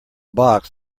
box